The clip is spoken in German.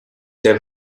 der